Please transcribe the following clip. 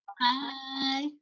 Hi